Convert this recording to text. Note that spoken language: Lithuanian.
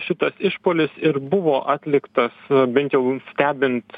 šitas išpuolis ir buvo atliktas bent jau stebint